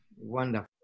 Wonderful